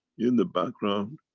in the background,